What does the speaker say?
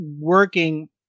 working